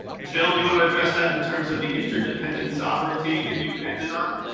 michelle you want to address that in terms of the interdependence sovereignty that you ended on?